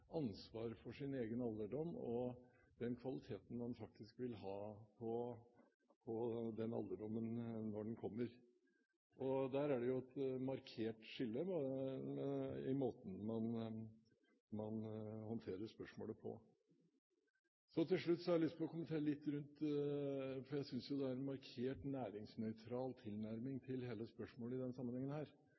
ansvar for sin egen alderdom og den kvaliteten man faktisk vil ha på den alderdommen, når den kommer. Der er det et markert skille i måten man håndterer spørsmålet på. Til slutt har jeg lyst til å kommentere næringsnøytralitet, for jeg synes det er en markert næringsnøytral tilnærming til hele spørsmålet i denne sammenhengen.